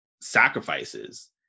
sacrifices